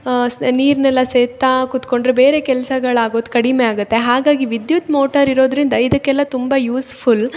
ಸ್ ನೀರನ್ನೆಲ್ಲ ಸೇದ್ತಾ ಕೂತ್ಕೊಂಡ್ರೆ ಬೇರೆ ಕೆಲ್ಸಗಳಾಗೋದು ಕಡಿಮೆ ಆಗುತ್ತೆ ಹಾಗಾಗಿ ವಿದ್ಯುತ್ ಮೋಟರ್ ಇರೋದ್ರಿಂದ ಇದಕ್ಕೆಲ್ಲ ತುಂಬ ಯೂಸ್ ಫುಲ್